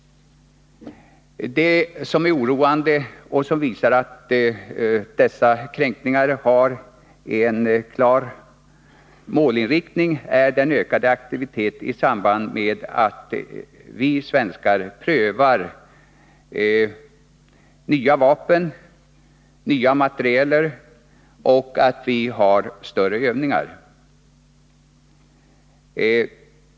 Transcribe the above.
Vad som är oroande och som visar att dessa kränkningar har en klar målinriktning är den ökade aktiviteten i samband med att vi i Sverige prövar 107 nya vapen och nya materiel och har större övningar.